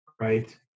right